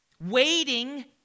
waiting